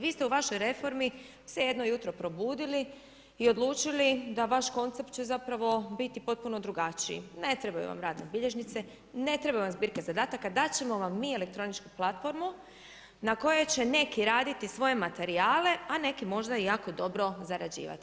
Vi ste u vašoj reformi se jedno jutro probudili i odlučili da vaš koncept će zapravo biti potpuno drugačiji, ne trebaju vam radne bilježnice, ne treba vam zbirka zadataka, dati ćemo vam mi elektroničku platformu, na kojoj će neki raditi svoje materijale, a neki možda i jako dobro zarađivati.